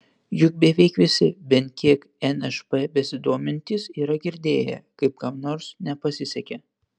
juk beveik visi bent kiek nšp besidomintys yra girdėję kaip kam nors nepasisekė